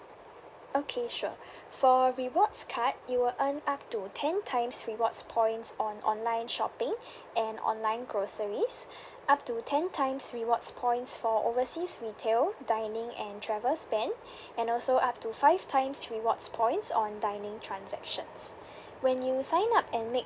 okay sure for rewards card you will earn up to ten times rewards points on online shopping and online groceries up to ten times rewards points for overseas retail dining and travel spend and also up to five times rewards points on dining transactions when you sign up and make